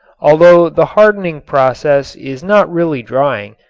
although the hardening process is not really drying,